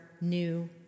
new